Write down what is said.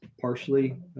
partially